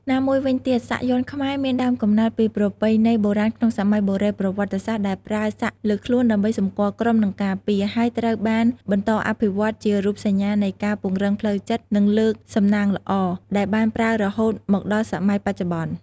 ណាមួយវិញទៀតសាក់យ័ន្តខ្មែរមានដើមកំណើតពីប្រពៃណីបុរាណក្នុងសម័យបុរេប្រវត្តិសាស្ត្រដែលប្រើសាក់លើខ្លួនដើម្បីសម្គាល់ក្រុម និងការពារ ហើយត្រូវបានបន្តអភិវឌ្ឍន៍ជារូបសញ្ញានៃការពង្រឹងផ្លូវចិត្ត និងលើកសំណាងល្អ ដែលបានប្រើរហូតមកដល់សម័យបច្ចុប្បន្ន។